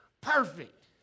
Perfect